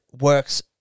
works